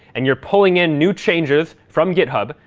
and you're pulling in new changes from github,